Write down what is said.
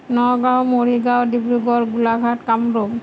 Nagaon Morigaon Dibrugarh Golaghat Kamrup